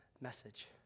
message